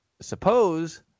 suppose